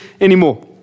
anymore